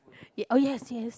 ya oh yes yes